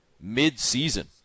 mid-season